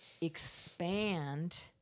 expand